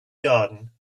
garden